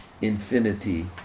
infinity